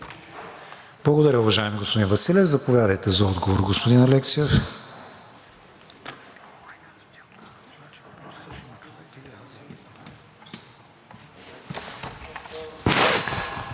Благодаря, уважаеми господин Василев. Заповядайте за отговор, господин Алексиев.